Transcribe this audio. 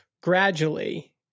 gradually